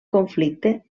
conflicte